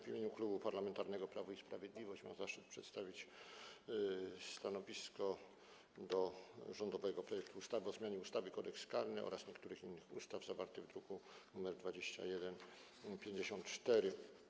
W imieniu Klubu Parlamentarnego Prawo i Sprawiedliwość mam zaszczyt przedstawić stanowisko wobec rządowego projektu ustawy o zmianie ustawy Kodeks karny oraz niektórych innych ustaw, zawartego w druku nr 2154.